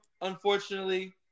unfortunately